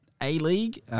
A-League